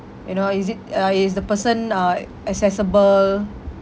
you know is it uh is the person uh accessible